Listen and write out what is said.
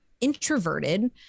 introverted